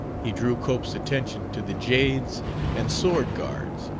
he drew cope's attention to the jades and swordguards,